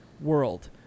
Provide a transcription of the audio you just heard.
world